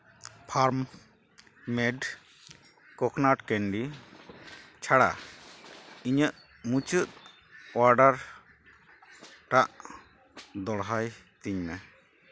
farm made coconut candy ᱪᱷᱟᱲᱟ ᱤᱧᱟᱹᱜ ᱢᱩᱪᱟᱹᱫ ᱚᱰᱟᱨ ᱴᱟᱜ ᱫᱚᱲᱦᱟᱭ ᱛᱤᱧ ᱢᱮ